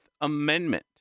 Amendment